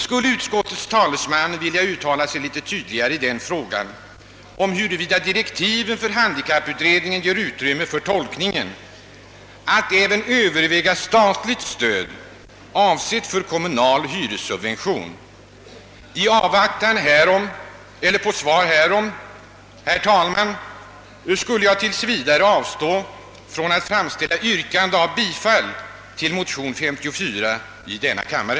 Skulle utskottets talesman vilja uttala sig litet tydligare i frågan, huruvida direktiven för handikapputredningen ger utrymme för tolkningen att även Överväga statligt stöd, avsett för kommunal hyressubvention? I avvaktan på svar härom, herr talman, skall jag tills vidare avstå från att framställa yrkande om bifall till motion nr 4 i denna kammare.